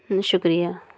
شکریہ